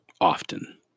often